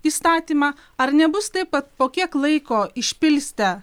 įstatymą ar nebus taip kad po kiek laiko išpilstę